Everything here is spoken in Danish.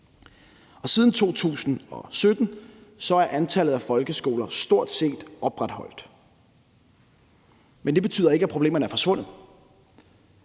Siden 2017 er antallet af folkeskoler stort set opretholdt, men det betyder ikke, at problemerne er forsvundet,